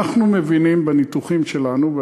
אנחנו מבינים בניתוחים שלנו,